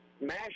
MASH